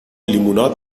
لیموناد